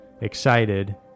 Excited